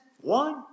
one